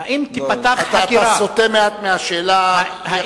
אתה סוטה מעט מהשאלה.